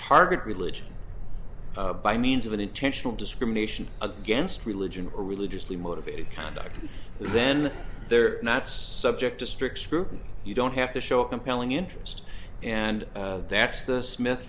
target religion by means of an intentional discrimination against religion or religiously motivated conduct then they're not subject to strict scrutiny you don't have to show a compelling interest and that's the smith